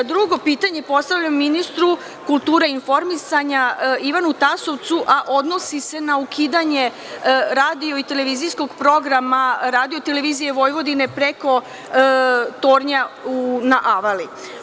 Drugo pitanje postavljam ministru kulture i informisanja Ivanu Tasovcu, a odnosi se na ukidanje radio i televizijskog programa Radio-televizije Vojvodine preko tornja na Avali.